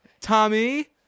Tommy